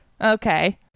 okay